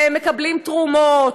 ומקבלים תרומות,